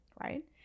right